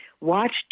watch